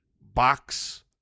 box